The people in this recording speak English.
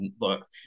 look